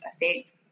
effect